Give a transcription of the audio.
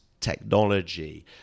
Technology